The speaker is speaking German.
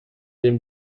dem